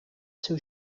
seu